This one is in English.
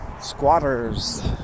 Squatters